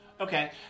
Okay